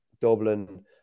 Dublin